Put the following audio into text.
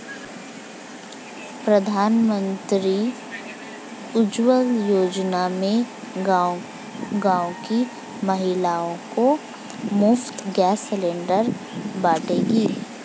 प्रधानमंत्री उज्जवला योजना में गांव की महिलाओं को मुफ्त गैस सिलेंडर बांटे गए